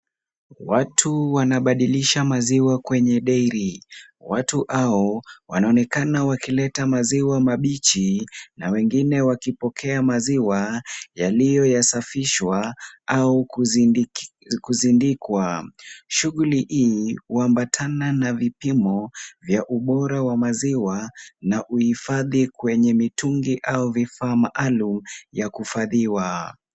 Watu wanabadilisha maziwa kwenye Dairy . Watu hao wanaonekana wakileta maziwa mabichi, na wengine wakipokea maziwa yaliyoyasafishwa au kuzindi kuzindikwa. Shughuli hii huambatana na vipimo vya ubora wa maziwa na uhifadhi kwenye mitungi au vifaa maalumu ya kuhifadhiwa.